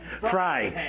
Fry